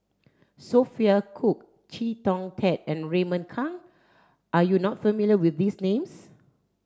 Sophia Cooke Chee Kong Tet and Raymond Kang are you not familiar with these names